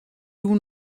doe